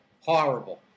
Horrible